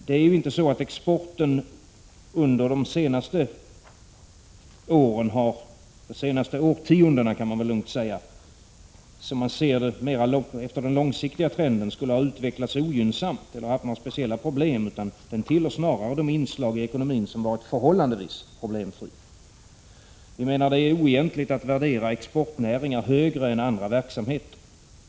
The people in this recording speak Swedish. Det är ju inte så att exporten under de senaste årtiondena — det kan man väl lugnt säga — sett efter den mera långsiktiga trenden skulle ha utvecklats ogynnsamt eller haft några speciella problem, utan den tillhör snarare de inslag i ekonomin som varit förhållandevis problemfria. Vi menar att det är oegentligt att värdera exportnäringar högre än andra verksamheter.